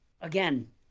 again